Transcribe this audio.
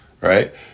Right